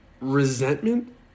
resentment